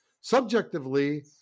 Subjectively